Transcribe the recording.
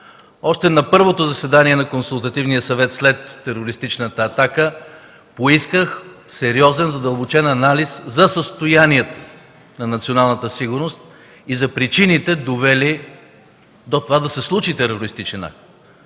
Още на първото заседание на Консултативния съвет след терористичната атака поисках сериозен, задълбочен анализ за състоянието на националната сигурност и за причините, довели до това да се случи терористичен акт,